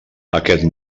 aquest